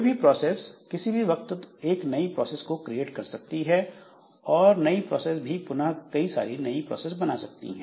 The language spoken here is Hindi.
कोई भी प्रोसेस किसी भी वक्त एक नई प्रोसेस को क्रिएट कर सकती है और यह नई प्रोसेस भी पुनः कई सारी नई प्रोसेस बना सकती है